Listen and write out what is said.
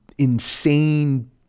insane